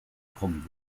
kommen